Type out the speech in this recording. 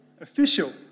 official